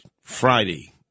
Friday